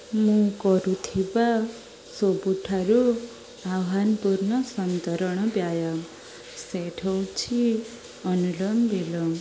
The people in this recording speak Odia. ମୁଁ କରୁଥିବା ସବୁଠାରୁ ଆହ୍ୱାନପୂର୍ଣ୍ଣ ସନ୍ତରଣ ବ୍ୟାୟାମ୍ ସେଟ୍ ହେଉଛି ଅନୁଲୋମ ବିଲୋମ